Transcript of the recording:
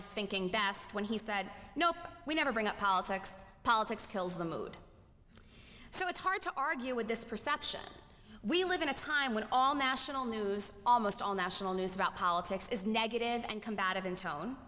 of thinking best when he said no we never bring up politics politics kills the mood so it's hard to argue with this perception we live in a time when all national news almost all national news about politics is negative and combative in tone